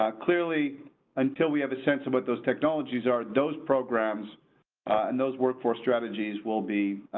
um clearly until we have a sense of what those technologies are, those programs and those workforce strategies will be.